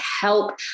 help